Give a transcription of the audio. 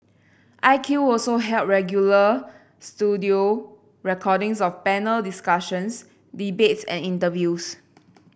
I Q also held regular studio recordings of panel discussions debates and interviews